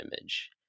image